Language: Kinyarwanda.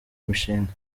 imishinga